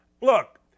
Look